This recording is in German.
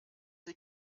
sie